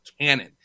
cannon